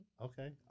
Okay